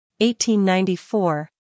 1894